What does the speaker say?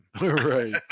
right